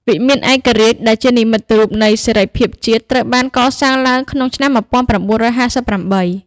វិមានឯករាជ្យដែលជានិមិត្តរូបនៃសេរីភាពជាតិ ត្រូវបានកសាងឡើងក្នុងឆ្នាំ ១៩៥៨។